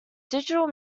digital